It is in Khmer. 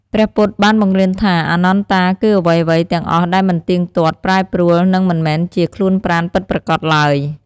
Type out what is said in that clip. ព្រះពុទ្ធបានបង្រៀនថាអនត្តា គឺអ្វីៗទាំងអស់ដែលមិនទៀងទាត់ ប្រែប្រួល និងមិនមែនជាខ្លួនប្រាណពិតប្រាកដឡើយ។